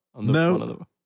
No